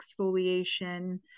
exfoliation